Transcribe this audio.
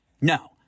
No